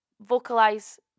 vocalize